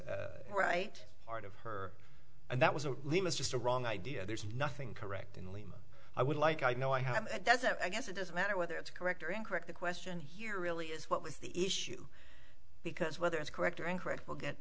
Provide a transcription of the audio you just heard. right part of her and that was a limb is just a wrong idea there's nothing correct in lima i would like i know i have a dozen i guess it doesn't matter whether it's correct or incorrect the question here really is what was the issue because whether it's correct or incorrect will get